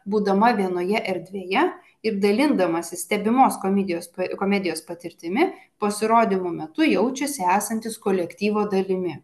būdama vienoje erdvėje ir dalindamasis stebimos komedijos komedijos patirtimi pasirodymų metu jaučiuosi esantys kolektyvo dalimi